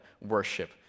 worship